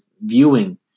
viewing